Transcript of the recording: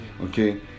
okay